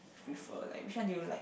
prefer like which one do you like